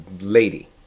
lady